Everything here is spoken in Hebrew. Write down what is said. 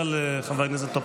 חבריי חברי הכנסת,